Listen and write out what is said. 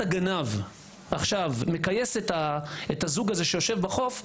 הגנב עכשיו מכייס את הזוג שיושב בחוף,